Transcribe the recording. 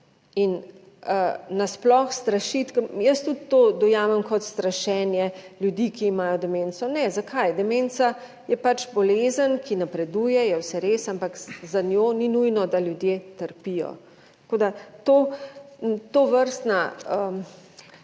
In nasploh strašiti, jaz tudi to dojamem kot strašenje ljudi, ki imajo demenco, ne zakaj? Demenca je pač bolezen, ki napreduje, je vse res, ampak za njo ni nujno, da ljudje trpijo. Tako, da to, tovrstna,